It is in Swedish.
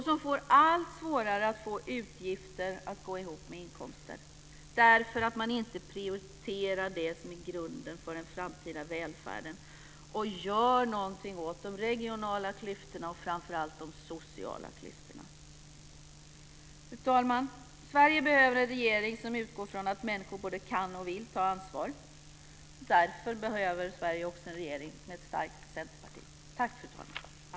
De har allt svårare att få utgifter att gå ihop med inkomster därför att man inte prioriterar det som är grunden för den framtida välfärden och gör någonting åt de regionala och framför allt sociala klyftorna. Fru talman! Sverige behöver en regering som utgår från att människor både kan och vill ta ansvar. Därför behöver Sverige en regering med ett starkt centerparti.